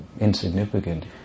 insignificant